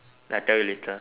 I tell you later